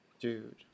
Dude